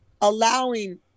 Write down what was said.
allowing